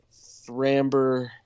thramber